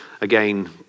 again